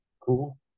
Cool